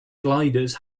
gliders